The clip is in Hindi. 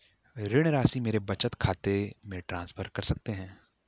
ऋण राशि मेरे बचत खाते में ट्रांसफर कर सकते हैं?